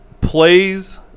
plays